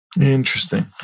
Interesting